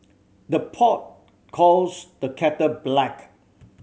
the pot calls the kettle black